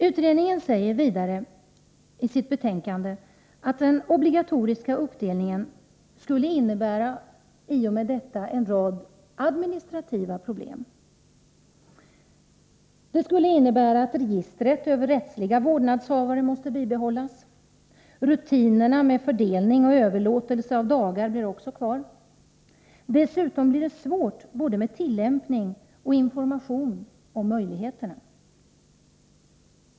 Utredningen säger vidare i sitt betänkande att den obligatoriska uppdelningen skulle innebära en rad administrativa problem. Registret över rättsliga vårdnadshavare måste bibehållas, rutinerna med fördelning och överlåtelse av dagar blir också kvar. Dessutom blir det svårt både att tillämpa reglerna och att informera om möjligheterna.